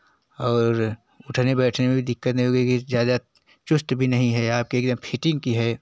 और उठने बैठने में भी दिक्कत नहीं होगी की ज़्यादा चुस्त भी नहीं है आपके एकदम फिटिंग की है